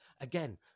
again